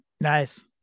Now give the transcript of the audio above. Nice